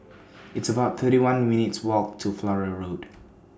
It's about thirty one minutes' Walk to Flora Road